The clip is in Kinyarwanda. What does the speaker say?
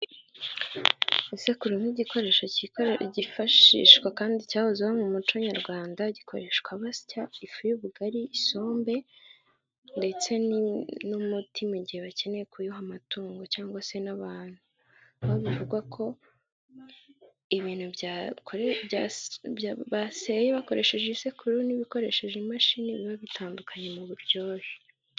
Isekuru ni igikoresho kifashishwa kandi cyahozeho mu muco nyarwanda. Gikoreshwa basya ifu y'ubugari, isombe, ndetse n'umuti mu gihe bakeneye kuwuha amatungo cyangwa se n'abantu , aho bivugwa ko ibintu baseye bakoresheje isekuru n'ibikoresheje imashini biba bitandukanye mu buryohe.